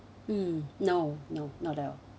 mm no no not at all